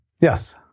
Yes